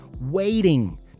waiting